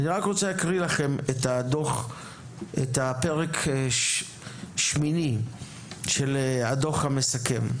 אני רק רוצה להקריא לכם את הפרק השמיני של הדו"ח המסכם: